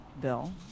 Bill